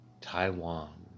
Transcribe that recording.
Taiwan